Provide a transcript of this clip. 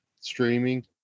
streaming